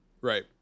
Right